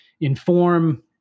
inform